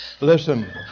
Listen